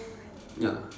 ya